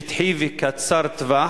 שטחי וקצר טווח,